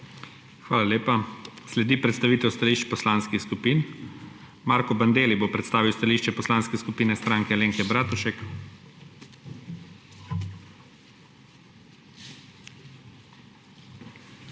Hvala lepa. Sledi predstavitev stališč poslanskih skupin. Marko Bandelli bo predstavil stališče Poslanske skupine Stranke Alenke Bratušek. MARKO